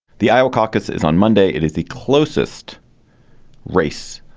the iowa caucuses on monday, it is the closest race